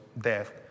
death